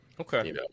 Okay